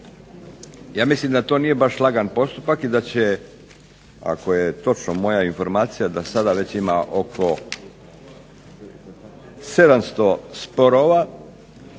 Ja mislim da to nije baš lagan postupak i da će ako je točna moja situacija da sada već ima oko 700 sporova,